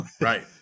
right